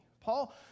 Paul